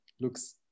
looks